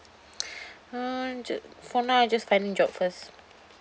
uh j~ for now I just finding job first